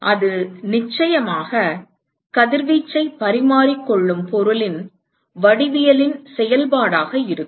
அது நிச்சயமாக கதிர்வீச்சைப் பரிமாறிக் கொள்ளும் பொருளின் வடிவவியலின் செயல்பாடாக இருக்கும்